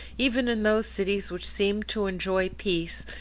even in those cities which seem to enjoy peace,